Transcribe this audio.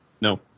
No